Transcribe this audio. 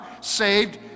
saved